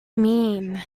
mean